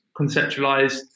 conceptualized